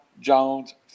Jones